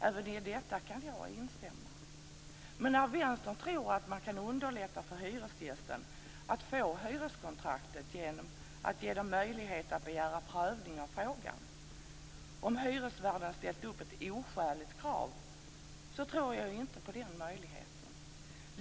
Även i detta kan jag instämma, men när Vänstern tror att man kan underlätta för hyresgästerna att få hyreskontrakt genom att ge dem möjlighet att begära prövning av frågan om hyresvärden ställt upp ett oskäligt krav så tror inte jag på den möjligheten.